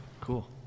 Cool